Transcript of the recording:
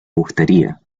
gustaría